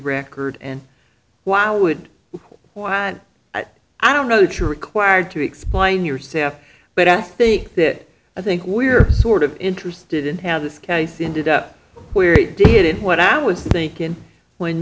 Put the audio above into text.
record and why would you want but i don't know that you're required to explain your staff but i think that i think we're sort of interested in how this case ended up where it did what i was thinking when